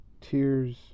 tears